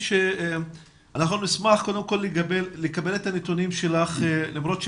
אנחנו נשמח לקבל את הנתונים שלך גם